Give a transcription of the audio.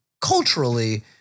culturally